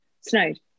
snowed